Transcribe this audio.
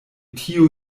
tio